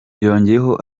yongeyeho